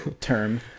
term